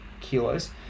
kilos